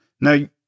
Now